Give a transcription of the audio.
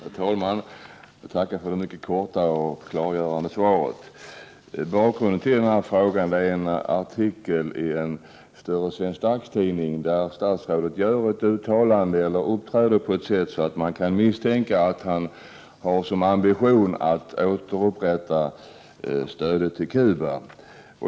Herr talman! Jag tackar för det mycket korta och klargörande svaret. Bakgrunden till frågan är en artikel i en större svensk dagstidning. Det framgår där att statsrådet uppträtt på ett sådant sätt att man kan misstänka att han har som ambition att återupprätta stödet till Cuba.